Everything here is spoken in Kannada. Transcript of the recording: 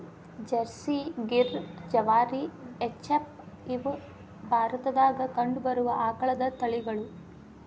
ಜರ್ಸಿ, ಗಿರ್, ಜವಾರಿ, ಎಚ್ ಎಫ್, ಇವ ಭಾರತದಾಗ ಕಂಡಬರು ಆಕಳದ ತಳಿಗಳು